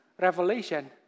revelation